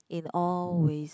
in all ways